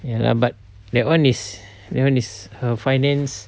ya lah but that one is that one is her finance